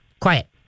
quiet